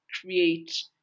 create